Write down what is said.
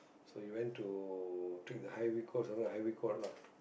so you went to take the highway course something like highway code lah